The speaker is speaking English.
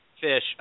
Fish